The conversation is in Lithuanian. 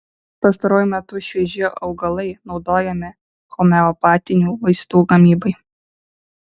pastaruoju metu švieži augalai naudojami homeopatinių vaistų gamybai